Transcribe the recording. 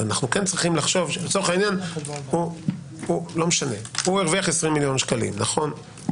אבל אנו צריכים לחשוב שלצורך העניין הרוויח 20 מיליון שקלים מהעבירה,